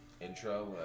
intro